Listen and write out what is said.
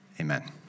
Amen